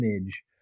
image